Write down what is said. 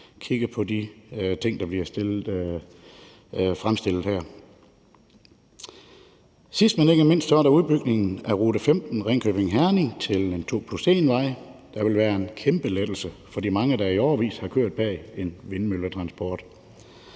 kigget på de ting, der bliver nævnt her. Sidst, men ikke mindst, er der udbygningen af rute 15, Ringkøbing-Herning, til en 2+1-vej, der vil være en kæmpe lettelse for de mange, der i årevis har kørt bag en vindmølletransport